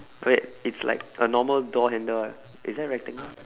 wait it's like a normal door handle [one] is that a rectangle